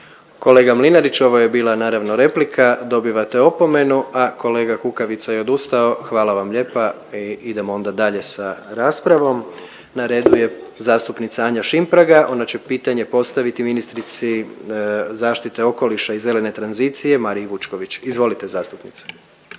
Kolega Mlinarić ovo je bila naravno replika, dobivate opomenu, a kolega Kukavica je odustao. Hvala vam lijepa i idemo onda dalje sa raspravom. **Jandroković, Gordan (HDZ)** Na redu je zastupnica Anja Šimpraga, ona će pitanje postaviti ministrici zaštite okoliša i zelene tranzicije Mariji Vučković. Izvolite zastupnice.